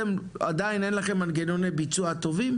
לכם עדיין אין מנגנוני ביצוע טובים?